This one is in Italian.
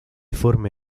forme